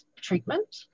treatment